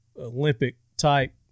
Olympic-type